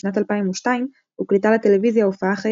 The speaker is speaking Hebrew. בשנת 2002 הוקלטה לטלוויזיה הופעה חיה